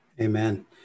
Amen